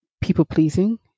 people-pleasing